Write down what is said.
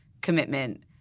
commitment